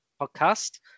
podcast